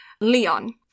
leon